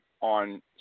on